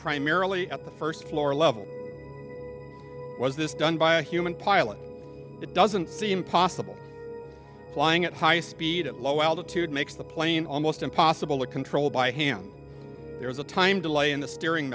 primarily at the first floor level was this done by a human pilot it doesn't seem possible flying at high speed at low altitude makes the plane almost impossible to control by him there is a time delay in the steering